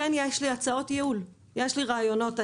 יש לי הצעות ייעול, יש לי רעיונות.